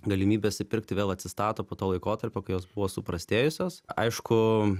galimybės įpirkti vėl atsistato po to laikotarpio kai jos buvo suprastėjusios aišku